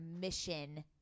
mission